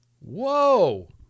Whoa